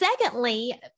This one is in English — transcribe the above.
secondly